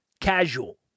Casual